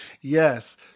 Yes